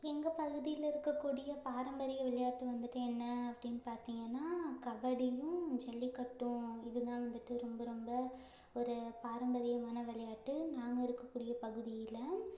எங்கப் பகுதியில இருக்கக்கூடிய பாரம்பரிய விளையாட்டு வந்துட்டு என்ன அப்படினு பார்த்திங்கனா கபடியும் ஜல்லிக்கட்டும் இதெலாம் வந்துட்டு ரொம்ப ரொம்ப ஒரு பாரம்பரியமான விளையாட்டு நாங்கள் இருக்கக்கூடிய பகுதியில்